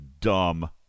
dumb